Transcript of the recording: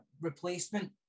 replacement